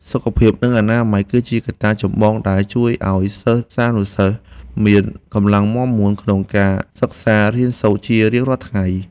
សុខភាពនិងអនាម័យ គឺជាកត្តាចម្បងដែលជួយឱ្យសិស្សានុសិស្សមានកម្លាំងមាំមួនក្នុងការសិក្សារៀនសូត្រជារៀងរាល់ថ្ងៃ។